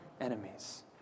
enemies